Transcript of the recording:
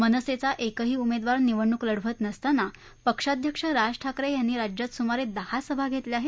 मनसेचा एकही उमेदवार निवडणूक लढवत नसतांना पक्षाध्यक्ष राज ठाकरे यांनी राज्यात सुमारे दहा सभा घेतल्या आहेत